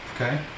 Okay